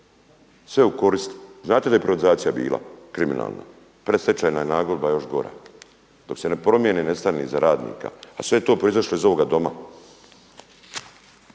Sve u korist tajkuna, znate da je privatizacija bila kriminalna, predstečajna nagodba još gora. Dok se ne promijene i nestane iza radnika, a sve je to proizašlo iz ovoga Doma,